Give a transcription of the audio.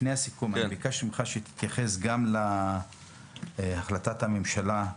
ביקשתי שתתייחס גם להחלטת הממשלה,